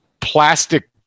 plastic